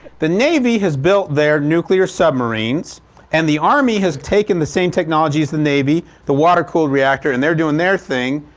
the navy has built their nuclear submarines and the army has taken the same technologies as the navy, the water-cooled reactor and they're doing their thing.